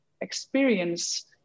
experience